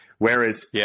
Whereas